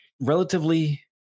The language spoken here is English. relatively